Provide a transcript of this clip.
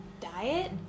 diet